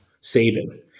saving